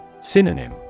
Synonym